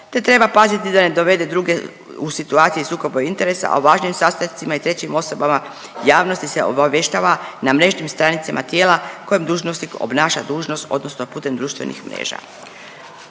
te treba paziti da ne dovede druge u situaciju sukoba interesa, a o važnim sastancima i trećim osobama javnosti se obavještava na mrežnim stranicama tijela u kojem dužnosnik obnaša dužnost odnosno putem društvenih mreža.